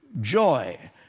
joy